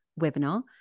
webinar